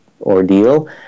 ordeal